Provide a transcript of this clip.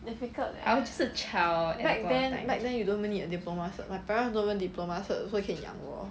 difficult leh back then back then you don't even need a diploma cert my parents don't even diploma cert also 可以养我